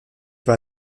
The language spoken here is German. war